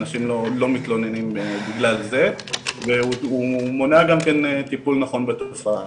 אנשים לא מתלוננים בגלל זה והוא מונע גם כן טיפול נכון בתופעה.